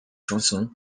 chansons